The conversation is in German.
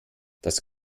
das